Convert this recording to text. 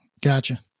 Gotcha